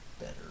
better